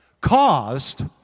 caused